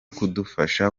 kudufasha